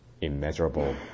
immeasurable